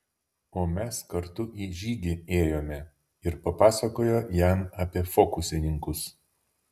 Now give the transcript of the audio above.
o mes kartu į žygį ėjome ir papasakojo jam apie fokusininkus